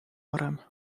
varem